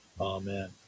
Amen